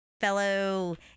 Fellow